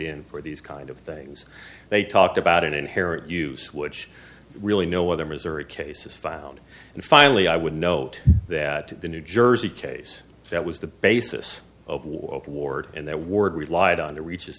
in for these kind of things they talked about an inherent use which really no other missouri cases found and finally i would note that the new jersey case that was the basis of warped ward and their ward relied on the reaches